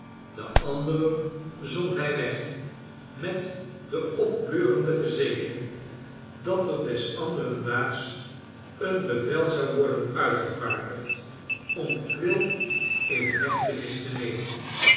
de anderen zond hij weg met de opbeurende verzekering dat er des nelly anderendaags een bevel zou worden uitgevaardigd om quilp in hechtenis te nemen